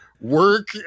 work